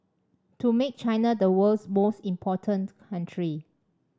to make China the world's most important country